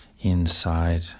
inside